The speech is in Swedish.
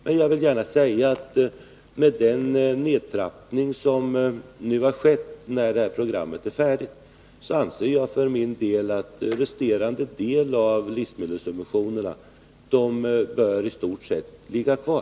Men jag vill gärna säga att jag, efter den nedtrappning som kommer att ha skett när detta program är färdigt, anser att resterande del av livsmedelssubventionerna i stort sett bör ligga kvar.